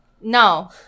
No